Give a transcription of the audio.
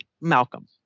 Malcolm